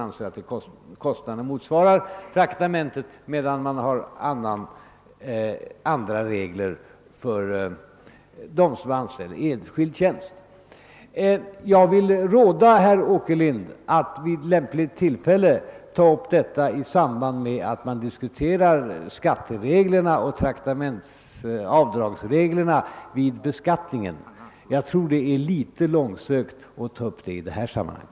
Avdraget svarar alltså mot traktamentskostnaden, men därvidlag finns det andra regler för dem som är anställda i enskild tjänst. Jag vill råda herr Åkerlind att vid lämpligt tillfälle ta upp denna fråga i samband med att vi diskuterar avdragsreglerna vid beskattningen. Jag tycker det är litet långsökt att ta upp den i detta sammanhang.